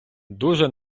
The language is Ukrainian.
дуже